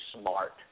smart